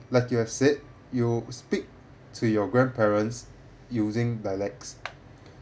like you have said you speak to your grandparents using dialects